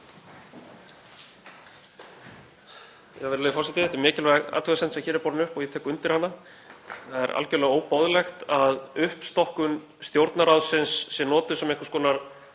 Virðulegur forseti. Þetta er mikilvæg athugasemd sem hér er borin upp og ég tek undir hana. Það er algerlega óboðlegt að uppstokkun Stjórnarráðsins sé notuð sem einhvers konar